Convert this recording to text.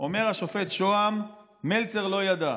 אומר השופט שוהם, מלצר לא ידע.